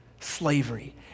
slavery